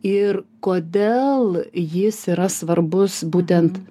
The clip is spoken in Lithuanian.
ir kodėl jis yra svarbus būtent